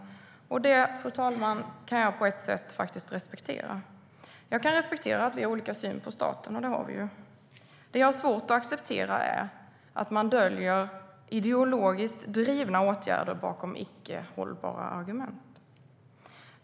Det kan jag, fru talman, faktiskt på ett sätt respektera. Jag kan respektera att vi har olika syn på staten, och det har vi. Det jag har svårt att acceptera är att man döljer ideologiskt drivna åtgärder bakom icke hållbara argument.